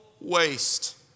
waste